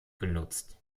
genutzt